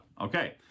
okay